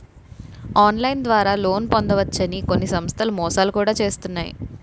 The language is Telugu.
ఆన్లైన్ ద్వారా లోన్ పొందవచ్చు అని కొన్ని సంస్థలు మోసాలు కూడా చేస్తున్నాయి